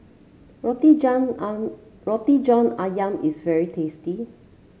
Roti John Roti John ayam is very tasty